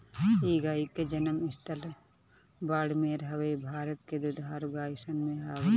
इ गाई के जनम स्थल बाड़मेर हवे इ भारत के दुधारू गाई सन में आवेले